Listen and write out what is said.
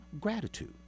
gratitude